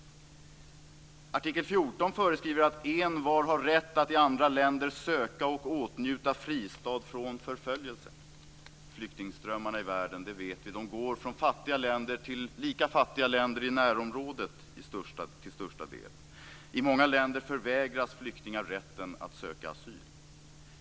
Artikel 14 föreskriver att "envar har rätt att i andra länder söka och åtnjuta fristad från förföljelse". Flyktingströmmarna i världen går till största delen från fattiga länder till lika fattiga länder i närområdet. I många länder förvägras flyktingar rätten att söka asyl.